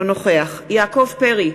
אינו נוכח יעקב פרי,